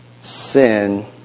Sin